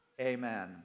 Amen